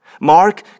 Mark